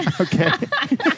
Okay